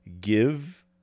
give